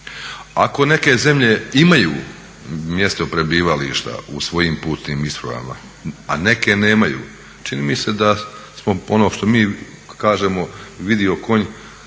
Ako neke zemlje imaju mjesto prebivališta u svojim putnim ispravama, a neke nemaju. Čini mi se da smo, ono što mi kažemo vidio konj,